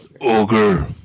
Ogre